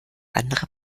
andere